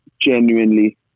genuinely